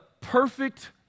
perfect